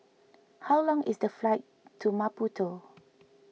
how long is the flight to Maputo